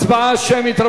הצבעה שמית.